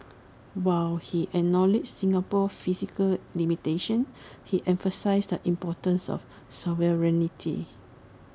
while he acknowledged Singapore's physical limitations he emphasised the importance of sovereignty